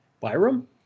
Byram